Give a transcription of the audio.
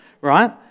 right